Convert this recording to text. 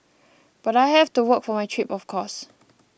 but I had to work for my trip of course